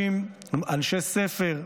אנשי ספר.